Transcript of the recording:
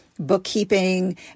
bookkeeping